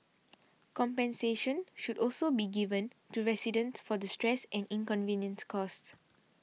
compensation should also be given to residents for the stress and inconvenience caused